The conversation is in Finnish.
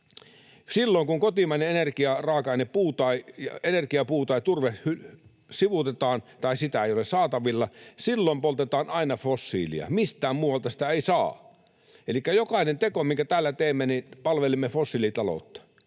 energiaraaka-aine — energiapuu tai ‑turve — sivuutetaan tai sitä ei ole saatavilla, silloin poltetaan aina fossiilia. Mistään muualta sitä ei saa. Elikkä jokainen teko, minkä täällä teemme, niin palvelemme fossiilitaloutta,